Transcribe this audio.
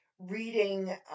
Reading